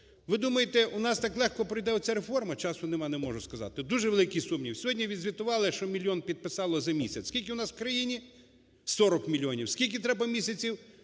Ви думаєте, у нас так легко пройде ця реформа? Часу нема, не можу сказати, дуже великі сумніви. Сьогодні відзвітували, що мільйон підписало за місяць. Скільки у нас в країні? 40 мільйонів. Скільки треба місяців?